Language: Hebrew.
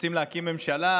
רוצים להקים ממשלה.